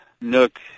Nook